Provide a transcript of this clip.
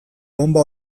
bonba